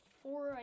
four